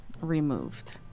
removed